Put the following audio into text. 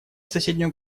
соседнюю